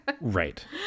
right